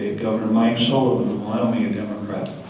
governor mike sullivan. a democrat.